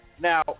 Now